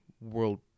world